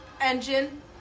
Engine